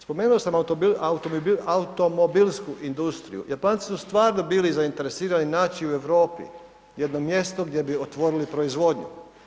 Spomenuo sam automobilsku industriju, Japanci su stvarno bili zainteresirani naći u Europi jedno mjesto gdje bi otvorili proizvodnju.